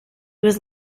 was